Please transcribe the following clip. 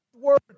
Word